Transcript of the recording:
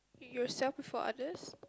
yourself before others